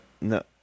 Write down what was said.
no